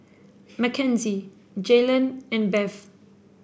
Mackenzie Jaylan and Beth